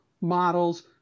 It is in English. models